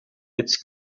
it’s